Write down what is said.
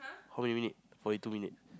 how many minute forty two minute